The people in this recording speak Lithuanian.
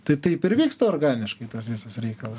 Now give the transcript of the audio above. tai taip ir vyksta organiškai tas visas reikalas